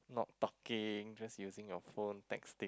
not talking just using your phone texting